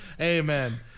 Amen